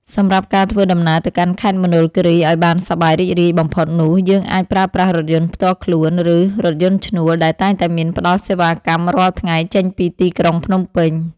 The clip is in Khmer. សម្រាប់ការធ្វើដំណើរទៅកាន់ខេត្តមណ្ឌលគីរីឱ្យបានសប្បាយរីករាយបំផុតនោះយើងអាចប្រើប្រាស់រថយន្តផ្ទាល់ខ្លួន ឬ រថយន្តឈ្នួលដែលតែងតែមានផ្តល់សេវាកម្មរាល់ថ្ងៃចេញពីទីក្រុងភ្នំពេញ។